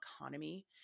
economy